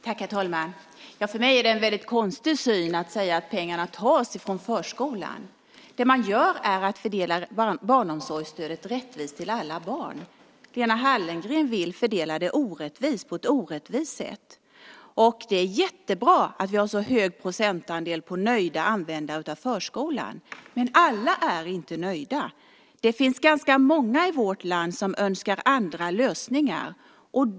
Herr talman! För mig är det en väldigt konstig syn att säga att pengarna tas från förskolan. Vad som görs är att barnomsorgsstödet fördelas rättvist till alla barn. Lena Hallengren vill fördela det på ett orättvis sätt. Det är jättebra att vi har en så stor procentandel nöjda användare av förskolan. Men alla är inte nöjda. Det finns ganska många i vårt land som önskar andra lösningar.